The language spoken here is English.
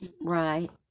Right